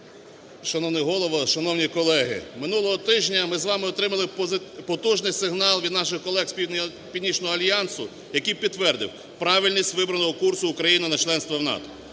Шановний Голово, шановні колеги! Минулого тижня ми з вами отримали потужний сигнал від наших колег з Північного альянсу, який підтвердив правильність вибраного курсу України на членство в НАТО.